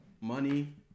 money